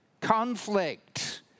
conflict